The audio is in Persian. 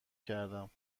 کردم